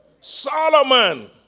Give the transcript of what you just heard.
Solomon